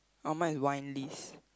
oh mine is wine list